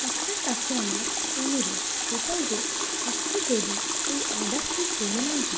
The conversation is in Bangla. আপনার কাছে আমার অনুরোধ এটাই যে আপনি যদি এই অর্ডারটির পরিমাণটি